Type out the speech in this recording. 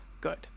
Good